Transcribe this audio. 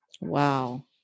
Wow